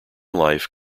life